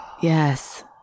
yes